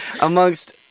amongst